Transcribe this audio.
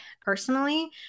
personally